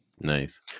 Nice